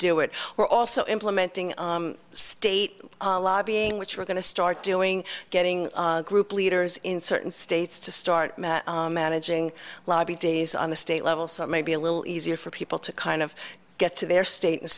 do it we're also implementing state lobbying which we're going to start doing getting a group leaders in certain states to start managing lobby days on the state level so maybe a little easier for people to kind of get to their state and